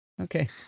Okay